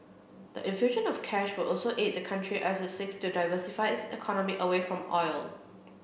the infusion of cash also would aid the country as it seeks to diversify its economy away from oil